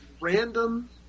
random